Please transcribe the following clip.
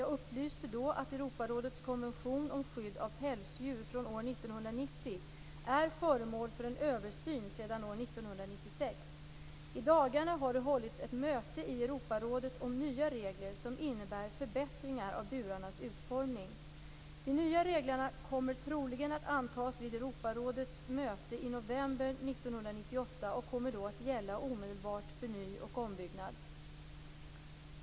Jag upplyste då om att Europarådets konvention om skydd av pälsdjur från år 1990 är föremål för en översyn sedan år 1996. I dagarna har det hållits ett möte i Europarådet om nya regler som innebär förbättringar av burarnas utformning. De nya reglerna kommer troligen att antas vid Europarådets möte i november 1998 och kommer då att gälla omedelbart för ny och ombyggnad.